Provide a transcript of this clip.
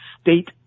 state